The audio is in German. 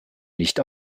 nicht